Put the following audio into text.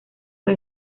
fue